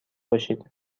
باشید